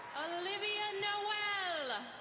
olivia noel.